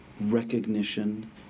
recognition